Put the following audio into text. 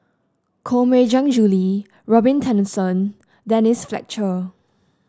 Koh Mui Hiang Julie Robin Tessensohn Denise Fletcher